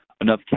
enough